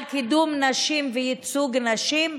על קידום נשים וייצוג נשים,